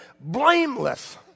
Blameless